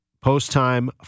post-time